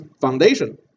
foundation